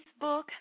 Facebook